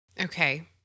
Okay